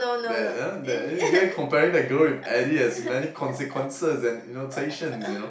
that uh that uh comparing the girl with Eddie has many consequences and uh you know annotations you know